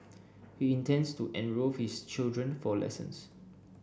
he intends to enrol his children for lessons